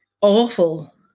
awful